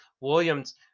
Williams